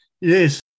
Yes